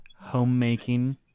Homemaking